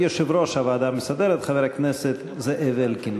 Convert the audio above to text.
את יושב-ראש הוועדה המסדרת חבר הכנסת זאב אלקין.